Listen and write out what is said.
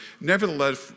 nevertheless